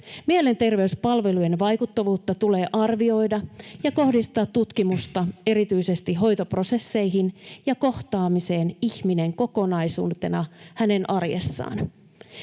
Mielenterveyspalvelujen vaikuttavuutta tulee arvioida ja kohdistaa tutkimusta erityisesti hoitoprosesseihin ja kohtaamiseen ihminen kokonaisuutena hänen arjessaan.